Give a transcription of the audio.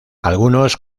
algunos